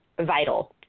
vital